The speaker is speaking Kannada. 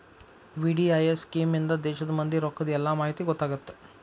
ವಿ.ಡಿ.ಐ.ಎಸ್ ಸ್ಕೇಮ್ ಇಂದಾ ದೇಶದ್ ಮಂದಿ ರೊಕ್ಕದ್ ಎಲ್ಲಾ ಮಾಹಿತಿ ಗೊತ್ತಾಗತ್ತ